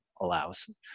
Allows